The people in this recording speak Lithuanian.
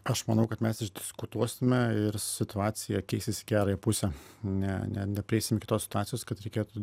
aš manau kad mes išdiskutuosime ir situacija keisis į gerąją pusę ne ne neprieisim iki tos situacijos kad reikėtų